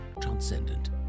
transcendent